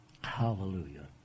Hallelujah